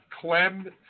Clem